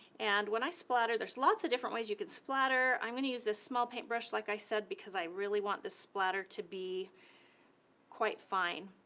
and when i splatter, there's lots of different ways you could splatter. i'm gonna use this small paintbrush, like i said, because i really want this splatter to be quite fine.